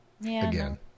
Again